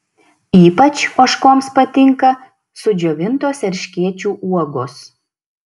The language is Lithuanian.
ypač ožkoms patinka sudžiovintos erškėčių uogos